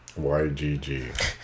YGg